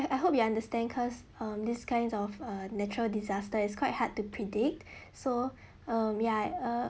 I I hope you understand cause um this kinds of uh natural disaster is quite hard to predict so um ya